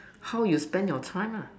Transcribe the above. how you spend your time lah